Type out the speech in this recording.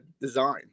design